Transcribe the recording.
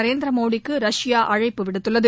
நரேந்திர மோதிக்கு ரஷ்யா அழைப்பு விடுத்துள்ளது